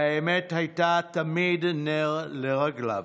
והאמת הייתה תמיד נר לרגליו.